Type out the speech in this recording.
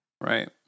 Right